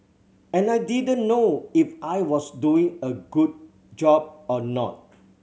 and I didn't know if I was doing a good job or not